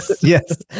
yes